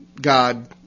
God